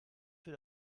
für